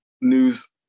news